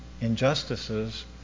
injustices